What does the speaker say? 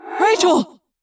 Rachel